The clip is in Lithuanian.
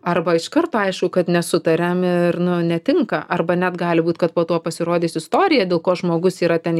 arba iš karto aišku kad nesutariam ir nu netinka arba net gali būt kad po to pasirodys istorija dėl ko žmogus yra ten